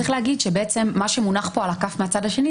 צריך להגיד שבעצם מה שמונח פה על הכף מהצד השני,